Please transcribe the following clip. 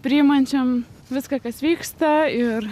priimančiam viską kas vyksta ir